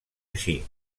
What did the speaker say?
així